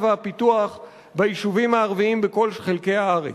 והפיתוח ביישובים הערביים בכל חלקי הארץ.